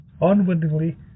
unwittingly